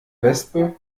wespe